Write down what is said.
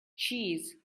cheese